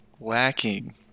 lacking